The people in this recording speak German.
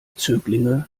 zöglinge